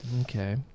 Okay